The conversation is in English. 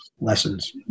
lessons